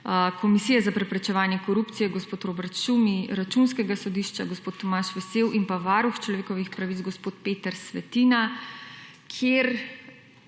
Komisije za preprečevanje korupcije gospod Robert Šumi, iz Računskega sodišča gospod Tomaž Vesel in pa varuh človekovih pravic gospod Peter Svetina, kjer